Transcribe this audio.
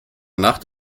nacht